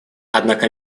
однако